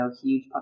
huge